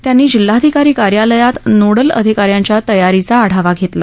त्यांनी जिल्हाधिकारी कार्यालयात नोडल अधिकाऱ्यांच्या तयारीचा आढावा घेतला